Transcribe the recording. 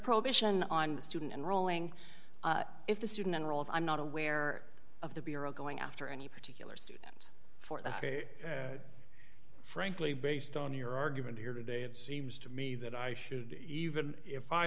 prohibition on the student and rolling if the student enrolls i'm not aware of the bureau going after any particular student for that frankly based on your argument here today it seems to me that i should even if i